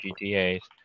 gta's